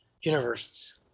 universes